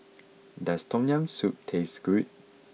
does Tom Yam Soup taste good